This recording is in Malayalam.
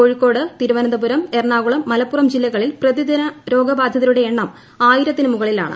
കോഴിക്കോട് തിരുവനന്തപുരം എറണാകുളം മലപ്പുറം ജില്ലകളിൽ പ്രതിദിന രോഗബാധിതരുടെ എണ്ണം ആയിരത്തിന് മുകളിലാണ്